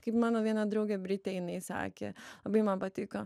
kaip mano viena draugė britė jinai sakė labai man patiko